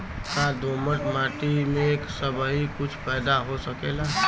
का दोमट माटी में सबही कुछ पैदा हो सकेला?